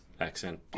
accent